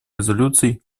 резолюций